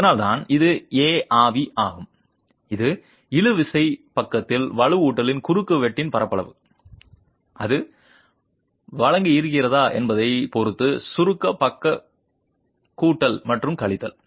அதனால்தான் இது Arv ஆகும் இது இழுவிசை பக்கத்தில் வலுவூட்டலின் குறுக்குவெட்டின் பரப்பளவு அது வழங்கியிருக்கிறதா என்பதைப் பொறுத்து சுருக்க பக்க கூட்டல் மற்றும் கழித்தல்